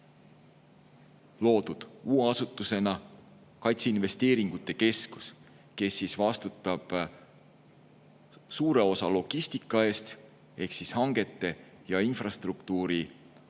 loodud uue asutusena kaitseinvesteeringute keskus, kes vastutab suure osa logistika eest ehk hangete ja infrastruktuuri